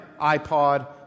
iPod